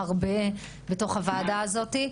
הרבה בתוך הוועדה הזאת.